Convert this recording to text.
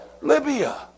Libya